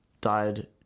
died